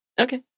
Okay